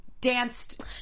danced